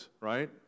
right